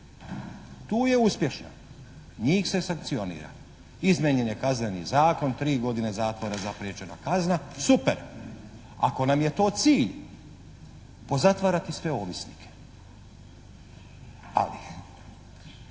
Tu je uspješna, njih se sankcionira. Izmijenjen je Kazneni zakon, tri godine zatvora … /Govornik se ne razumije./ … kazna. Super! Ako nam je to cilj. Pozatvarati sve ovisnike. Ali